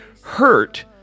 Hurt